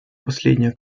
последняя